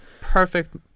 Perfect